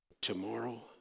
tomorrow